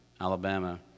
Alabama